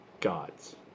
God's